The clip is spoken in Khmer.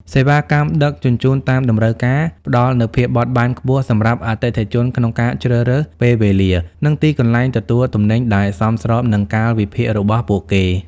សេវាកម្មដឹកជញ្ជូនតាមតម្រូវការផ្តល់នូវភាពបត់បែនខ្ពស់សម្រាប់អតិថិជនក្នុងការជ្រើសរើសពេលវេលា និងទីកន្លែងទទួលទំនិញដែលសមស្របនឹងកាលវិភាគរបស់ពួកគេ។